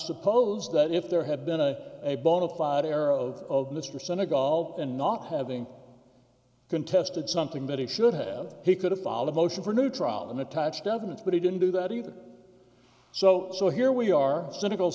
suppose that if there had been a a bonafide error of mr senegal and not having contested something that he should have he could have followed motion for new trial and attached evidence but he didn't do that either so so here we are cynical